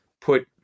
put